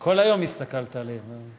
כל היום הסתכלת עליהם.